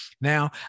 Now